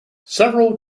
several